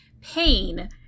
pain